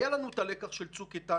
היה לנו את הלקח של צוק איתן,